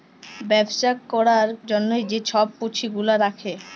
ব্যবছা ক্যরার জ্যনহে যে ছব পুঁজি গুলা রাখে